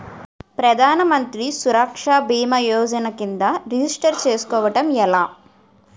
ప్రధాన మంత్రి సురక్ష భీమా యోజన కిందా రిజిస్టర్ చేసుకోవటం ఎలా?